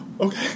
Okay